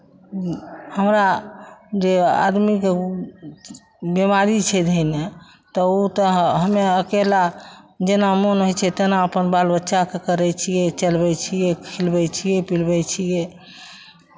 हमरा जे आदमीके ओ बेमारी छै धयने तऽ ओ तऽ ह हम्मे अकेला जेना मोन होइ छै तेना अपन बाल बच्चाके करै छियै चलबै छियै खिलबै छियै पिलबै छियै